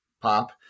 pop